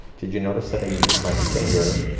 did you notice that i used my finger,